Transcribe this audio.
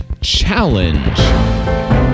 challenge